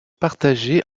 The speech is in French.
partagé